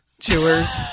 chewers